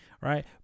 right